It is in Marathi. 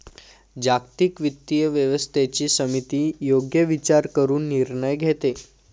जागतिक वित्तीय व्यवस्थेची समिती योग्य विचार करून निर्णय घेते